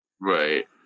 Right